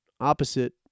opposite